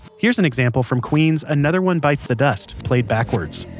here's an example from queen's another one bites the dust played backwards.